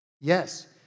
Yes